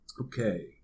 Okay